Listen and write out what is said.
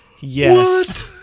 Yes